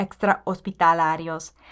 extrahospitalarios